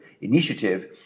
initiative